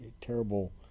terrible